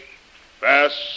fast